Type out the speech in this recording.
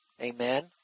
Amen